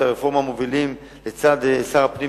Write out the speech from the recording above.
את הרפורמה מובילים לצד שר הפנים,